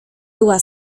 była